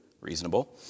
Reasonable